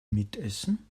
mitessen